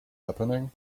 happening